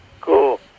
cool